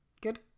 Good